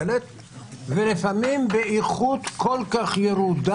ולפעמים באיכות כל כך ירודה,